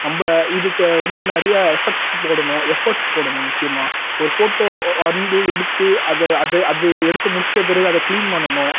நம்ம இதுக்கு வந்து நிறையா எஃபர்ட்ஸ்ஸு போடணும் எஃபர்ட்ஸ் போடணும் முக்கியமாக ஒரு ஃபோட்டோ வந்து எடுத்து அதை அது அது எடுத்து முடிச்சிட்ட பிறகு அதை க்ளீன் பண்ணணும்